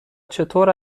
چطور